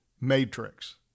matrix